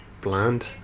bland